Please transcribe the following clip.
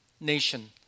nation